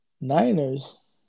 Niners